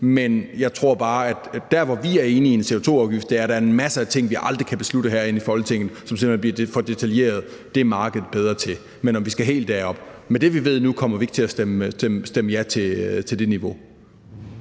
Jeg tror bare, at vi med hensyn til CO2-afgift mener, er at der er masser af ting, vi aldrig kan beslutte her i Folketinget, fordi de simpelt hen bliver for detaljerede – det er markedet bedre til. Med det, vi ved nu, kommer vi ikke til at stemme ja til et niveau,